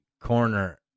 corner